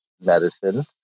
medicine